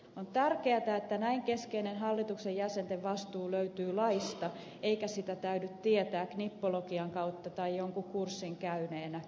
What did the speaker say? on tärkeätä että näin keskeinen hallituksen jäsenten vastuu löytyy laista eikä sitä täydy tietää knoppologian kautta tai jonkun kurssin käyneenä